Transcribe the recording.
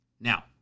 Now